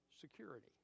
security